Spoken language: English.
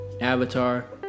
Avatar